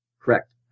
Correct